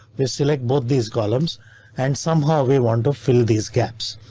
we select both these columns and somehow we want to fill these gaps.